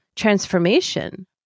transformation